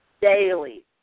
daily